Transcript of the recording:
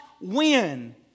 win